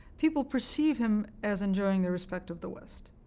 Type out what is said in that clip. people perceive him as enjoying the respect of the west,